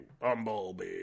Bumblebee